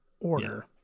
order